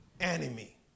enemy